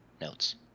Notes